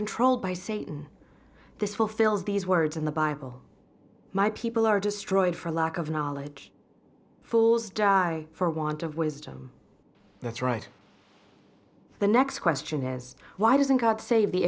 controlled by satan this will fill these words in the bible my people are destroyed for lack of knowledge fools die for want of wisdom that's right the next question is why doesn't god save the